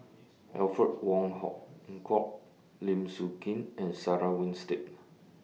Alfred Wong Hong Kwok Lim Sun Gee and Sarah Winstedt